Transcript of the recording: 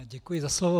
Děkuji za slovo.